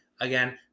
Again